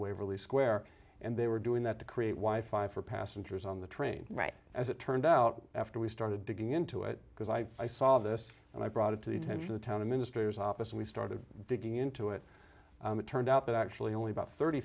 waverly square and they were doing that to create wife i for passengers on the train right as it turned out after we started digging into it because i i saw this and i brought it to the attention the town the minister's office and we started digging into it it turned out that actually only about thirty